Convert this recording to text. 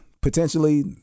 Potentially